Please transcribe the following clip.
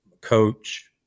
coach